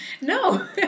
No